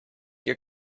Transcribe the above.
your